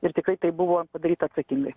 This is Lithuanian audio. ir tikrai tai buvo padaryta atsakingai